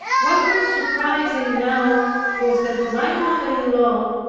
what was surprising now was that my mother-in-law,